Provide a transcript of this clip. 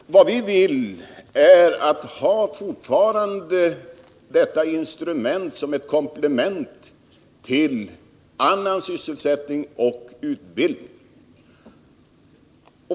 Vad vi vill är att fortfarande ha detta instrument såsom ett komplement till annan sysselsättning och utbildning.